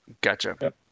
Gotcha